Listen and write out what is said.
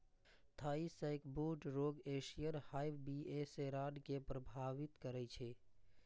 Thai sacbrood रोग Asian hive बी.ए सेराना कें प्रभावित करै छै